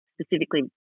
specifically